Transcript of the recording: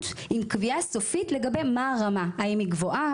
עם קביעה סופית לגבי הרמה האם היא גבוהה,